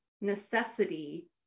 necessity